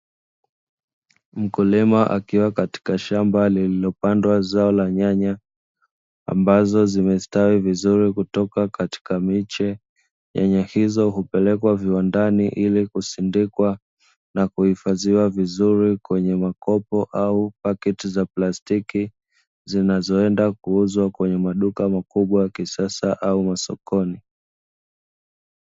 Mkulima akiwa katika shamba lililopandwa zao la nyanya ambazo zimestawi vizuri kutoka katika miche, nyanya hizo hupelekwa viwandani ili kusindikwa na kuhifadhiwa vizuri kwenye makopo au paketi za plastiki zinazoenda kuuzwa kwenye maduka makubwa ya kisasa au masokoni.